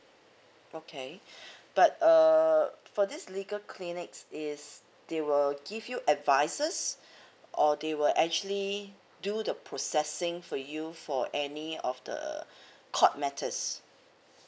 okay but uh for this legal clinic is they will give you advices or they will actually do the processing for you for any of the court matters